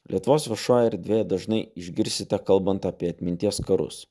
lietuvos viešoj erdvėje dažnai išgirsite kalbant apie atminties karus